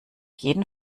jeden